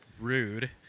rude